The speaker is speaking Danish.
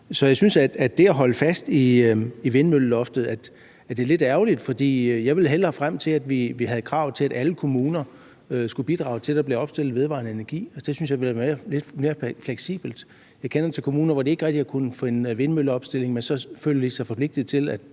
Så jeg synes, at det at holde fast i vindmølleloftet er lidt ærgerligt, for jeg ville hellere frem til, at vi havde et krav om, at alle kommuner skulle bidrage til, at der blev opstillet vedvarende energi. Det synes jeg ville være mere fleksibelt. Jeg kender til kommuner, hvor de ikke rigtig har kunnet få en vindmølleopstilling, men så føler de sig forpligtet til,